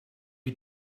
you